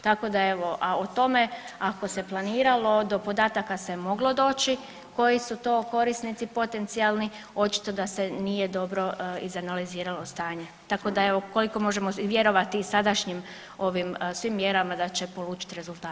Tako da evo, a o tome ako se planiralo do podataka se moglo doći koji su to korisnici potencionalni, očito da se nije dobro izanaliziralo stanje, tako da evo ukoliko možemo vjerovati i sadašnjim ovim svim mjerama da će polučit rezultatima.